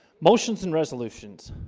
motions and resolutions